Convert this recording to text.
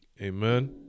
Amen